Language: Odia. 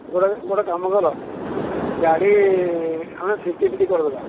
ଗୋଟିଏ ଗୋଟିଏ କାମ କର ଗାଡ଼ି ଆମେ ଫିଫ୍ଟି ଫିଫ୍ଟି କରିଦେବା